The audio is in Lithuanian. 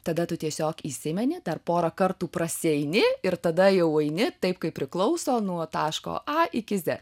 tada tu tiesiog įsimeni dar porą kartų prasieini ir tada jau eini taip kaip priklauso nuo taško a iki z